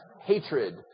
hatred